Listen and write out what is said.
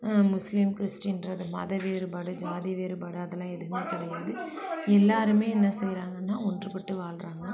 முஸ்லீம் கிறிஸ்டின்றது மத வேறுபாடு ஜாதி வேறுபாடு அதெல்லாம் எதுவும் கிடயாது எல்லோருமே என்ன செய்றாங்கன்னா ஒன்று பட்டு வாழ்கிறாங்க